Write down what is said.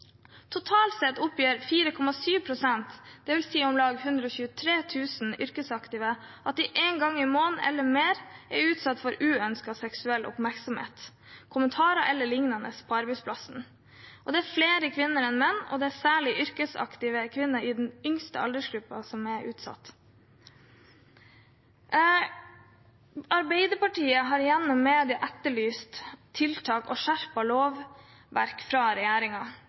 Totalt sett oppgir 4,7 pst., dvs. om lag 123 000 yrkesaktive, at de én gang i måneden eller mer er utsatt for uønsket seksuell oppmerksomhet, kommentarer eller lignende på arbeidsplassen. Det er flere kvinner enn menn, og særlig yrkesaktive kvinner i den yngste aldersgruppen, som er utsatt. Arbeiderpartiet har gjennom media etterlyst tiltak og skjerpet lovverk fra